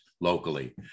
locally